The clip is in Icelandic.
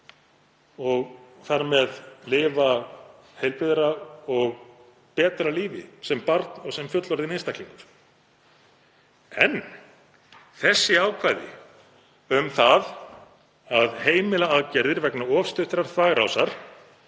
og þar með lifa heilbrigðara og betra lífi sem barn og sem fullorðinn einstaklingur. En þessi ákvæði um að heimila aðgerðir vegna of stuttrar þvagrásar